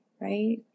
Right